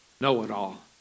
know-it-all